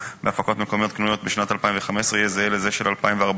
בהפקות מקומיות קנויות בשנת 2015 יהיה זהה לזה של 2014,